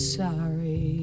sorry